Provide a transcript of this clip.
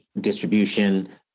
distribution